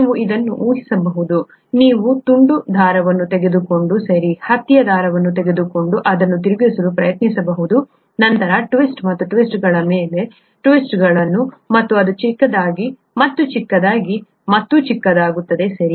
ನೀವು ಇದನ್ನು ಊಹಿಸಬಹುದು ನೀವು ತುಂಡು ದಾರವನ್ನು ತೆಗೆದುಕೊಂಡು ಸರಿ ಹತ್ತಿಯ ದಾರವನ್ನು ತೆಗೆದುಕೊಂಡು ಅದನ್ನು ತಿರುಗಿಸಲು ಪ್ರಯತ್ನಿಸಬಹುದು ನಂತರ ಟ್ವಿಸ್ಟ್ ಮತ್ತು ಟ್ವಿಸ್ಟ್ಗಳು ಮತ್ತು ಟ್ವಿಸ್ಟ್ಗಳು ಮತ್ತು ಟ್ವಿಸ್ಟ್ಗಳು ಮತ್ತು ಅದು ಚಿಕ್ಕದಾಗಿ ಮತ್ತು ಚಿಕ್ಕದಾಗಿ ಮತ್ತು ಚಿಕ್ಕದಾಗುತ್ತದೆ ಸರಿ